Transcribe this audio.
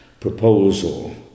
proposal